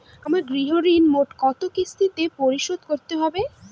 আমার গৃহঋণ মোট কত কিস্তিতে পরিশোধ করতে হবে?